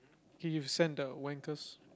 K you send the wankers